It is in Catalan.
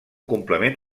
complement